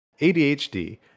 ADHD